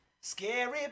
scary